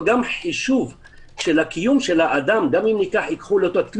גם חישוב של הקיום של האדם גם עם ייקחו לו את התלוש,